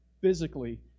physically